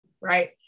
right